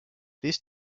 this